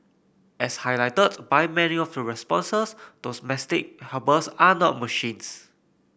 as highlighted by many of the responses domestic helpers are not machines